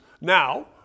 now